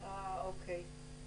זה על השתק.